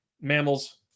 Mammals